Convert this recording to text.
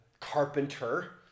carpenter